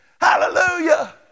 Hallelujah